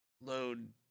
Load